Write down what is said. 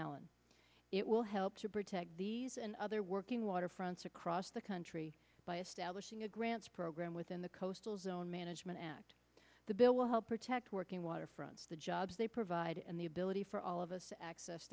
allen it will help to protect these and other working waterfronts across the country by establishing a grants program within the coastal zone management act the bill will help protect working waterfronts the jobs they provide and the ability for all of us to access